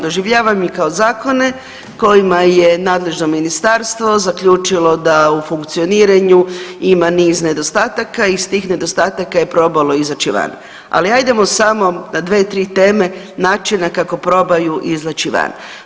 Doživljavam ih kao zakone kojima je nadležno ministarstvo zaključilo da u funkcioniranju ima niz nedostataka i iz tih nedostataka je probalo izići van, ali ajdemo samo na dve, tri teme, načina kako probaju izaći van.